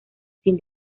sin